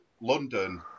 London